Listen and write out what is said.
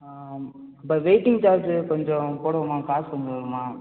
இப்போ waiting charge கொஞ்சம் போடுவேம்மா காசு கொஞ்சம் வரும்மா